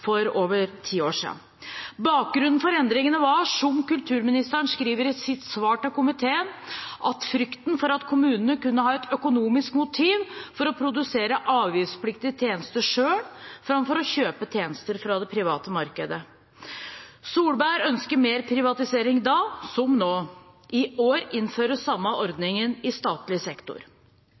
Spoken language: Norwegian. for over ti år siden. Bakgrunnen for endringene var, som kulturministeren skriver i sitt svar til komiteen, frykten for at kommunene kunne ha et «økonomisk motiv til å produsere avgiftspliktige tjenester selv framfor å kjøpe tjenestene fra» det private markedet. Solberg ønsket mer privatisering da, som nå. I år innføres den samme ordningen i statlig sektor.